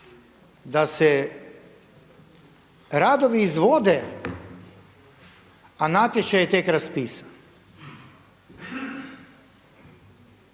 da se radovi izvode, a natječaj je tek raspisan.